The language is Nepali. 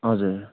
हजुर